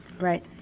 Right